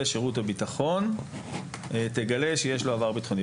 שירות הביטחון תגלה שיש לו עבר ביטחוני,